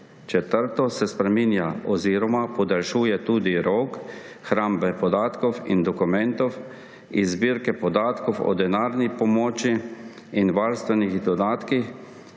četrto se spreminja oziroma podaljšuje tudi rok hrambe podatkov in dokumentov iz zbirke podatkov o denarni pomoči in varstvenih dodatkih,